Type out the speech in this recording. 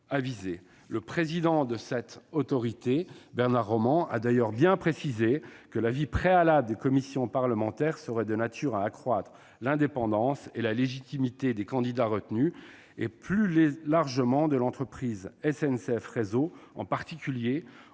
Le président de cette autorité, Bernard Roman, a d'ailleurs bien précisé que l'avis préalable des commissions parlementaires serait de nature à accroître l'indépendance et la légitimité des candidats retenus, et plus largement, de l'entreprise SNCF Réseau, en particulier au